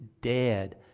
dead